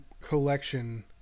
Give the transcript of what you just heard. collection